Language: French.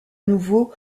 nouveau